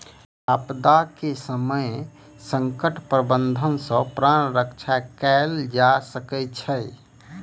आपदा के समय संकट प्रबंधन सॅ प्राण रक्षा कयल जा सकै छै